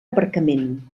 aparcament